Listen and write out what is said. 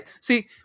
See